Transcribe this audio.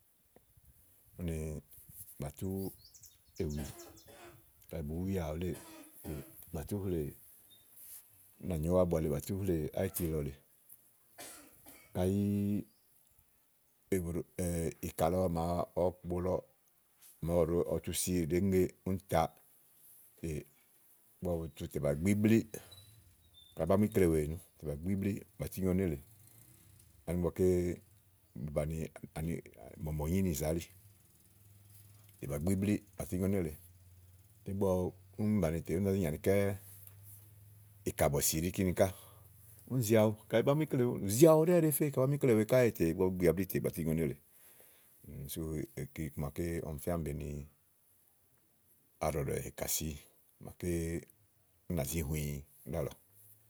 úni bàtú èwì, kayi bùú wià wuléè bà tú hlè, úni bà nyréwu íkle bà tú hlè ayiti ìlɔ lèe kayi ɛbuɖò ìkà lɔ, màa ɔwɔ kpo lɔ màa ɔwɔ wùlò ɔwɔ tu si ɖèé ŋè úni ta lè ígbɔ bu tu tè bà gbí blí ka bá mu íkle wèe nùú tè bà gbí blí bà tú nyo nélèe ani ígbɔké bu bàni ani mɔ̀mɔ̀ nyì nìza elí tè bà gbí blí bà tú nyo nélèe ígbɔ úni bàni tè ù nàá zi nyì anikɛ́ɛ́ íkabɔ̀sì íɖí kíni ká úni zi awu kayi bá mu íkle wèe, ù zi awu ɖɛ́ɛ́ ɖèé fe kayi bà mu ikle wèe ká ígbɔ bu gbià blíí tè bà tú nyo nélèe kínì sú iku màa ɔmi fía ni be ni aɖɔ̀ɖɔ̀ ìkàsi màaké ú nà zi hũĩ ɖálɔ̀ɔ.